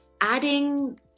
adding